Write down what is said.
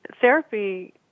therapy